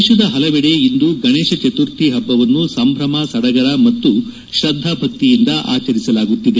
ದೇಶದ ಹಲವೆಡೆ ಇಂದು ಗಣೇಶ ಚತುರ್ಥಿ ಹಬ್ಬವನ್ನು ಸಂಭ್ರಮ ಸದಗರ ಮತ್ತು ಶ್ರದ್ದಾಭಕ್ತಿಯಿಂದ ಆಚರಿಸಲಾಗುತ್ತಿದೆ